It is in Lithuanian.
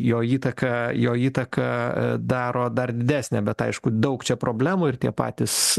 jo įtaką jo įtaką daro dar didesnę bet aišku daug čia problemų ir tie patys